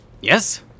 Yes